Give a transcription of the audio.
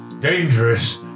dangerous